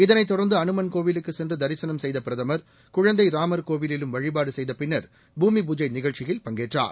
இதனைத் தொடர்ந்து அனுமன் கோவிலுக்கு சென்று தரிசனம் செய்த பிரதமர் குழந்தை ராமர் கோவிலிலும் வழிபாடு செய்த பின்னர் பூமி பூஜை நிகழ்ச்சியில் பங்கேற்றார்